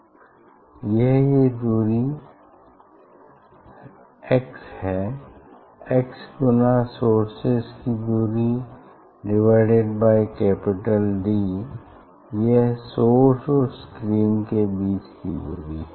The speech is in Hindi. अगर ये दूरी x है x गुना सोर्सेज की दूरी डिवाइडेड बाई कैपिटल D यह सोर्स और स्क्रीन के बीच की दूरी है